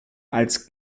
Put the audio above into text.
als